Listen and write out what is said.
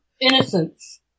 Innocence